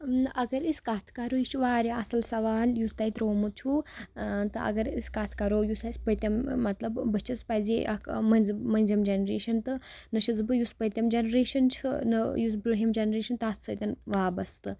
اگر أسۍ کَتھ کَرو یہِ چھِ واریاہ اَصٕل سَوال یُس تۄہہِ ترٛوومُت چھُو تہٕ اگر أسۍ کَتھ کَرو یُس اَسہِ پٔتِم مطلب بہٕ چھٮ۪س پَزے اَکھ مٔنٛزِم مٔنٛزِم جَنریشَن تہٕ نہ چھٮ۪س بہٕ یُس پٔتِم جَنریشَن چھِ نہٕ یُس بروٗنٛہِم جَنریشَن تَتھ سۭتۍ وابسطہٕ